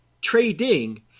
trading